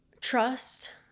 trust